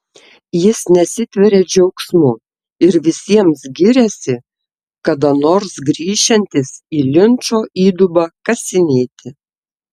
jis nesitveria džiaugsmu ir visiems giriasi kada nors grįšiantis į linčo įdubą kasinėti